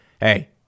Hey